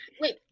Wait